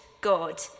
God